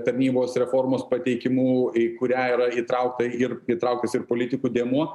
tarnybos reformos pateikimu į kurią yra įtraukta ir įtrauktas ir politikų dėmuo